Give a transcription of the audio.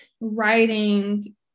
writing